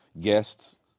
guests